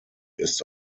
ist